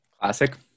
Classic